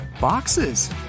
boxes